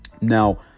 Now